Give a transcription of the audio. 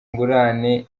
ingurane